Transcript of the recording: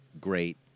great